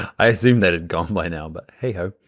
i assume that it'd gone by now, but hey-ho.